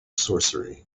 sorcery